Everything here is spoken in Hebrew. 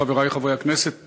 חברי חברי הכנסת,